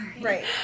Right